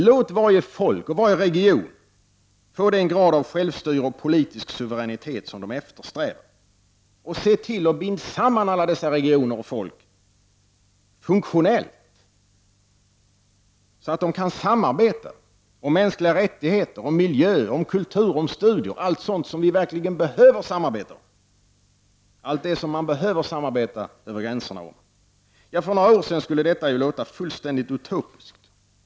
Låt varje folk och varje region få den grad av självstyrelse och politisk suveränitet som eftersträvas och se till att alla dessa regioner och folk binds samman, funktionellt, så att de kan samarbeta — om mänskliga rättigheter, miljö, kultur, studier och allt sådant som vi verkligen behöver samarbeta om över gränserna. För några år sedan skulle detta ha låtit fullständigt utopiskt.